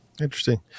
Interesting